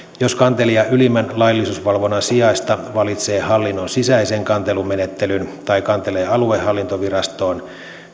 jos kantelija ylimmän laillisuusvalvonnan sijasta valitsee hallinnon sisäisen kantelumenettelyn tai kantelee aluehallintovirastoon